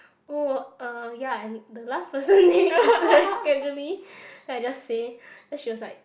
oh uh ya and the last person name is then I just say then she was like